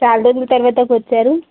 చాల రోజుల తర్వాత వచ్చారు